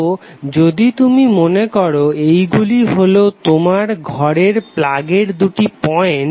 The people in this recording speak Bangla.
তো যদি তুমি মনে করো এইগুলি হলো তোমার ঘরের প্লাগের দুটি পয়েন্ট